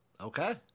Okay